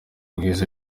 bwiza